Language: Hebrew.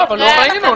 לא ראינו.